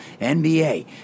NBA